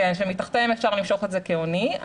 שמתחתיהם אפשר למשוך את זה כהוני.